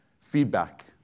feedback